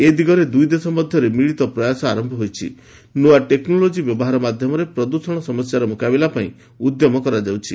ଏ ଦିଗରେ ଦୁଇଦେଶ ମଧ୍ୟରେ ମିଳିତ ପ୍ରୟାସ ଆରମ୍ଭ ହୋଇଛି ନୂଆ ଟେକ୍ନୋଲୋଜି ବ୍ୟବହାର ମାଧ୍ୟମରେ ପ୍ରଦୂଷଣ ସମସ୍ୟାର ମୁକାବିଲା ପାଇଁ ଉଦ୍ୟମ କରାଯାଉଛି